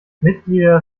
mitglieder